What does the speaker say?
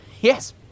Yes